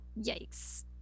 Yikes